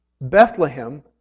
Bethlehem